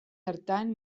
hartan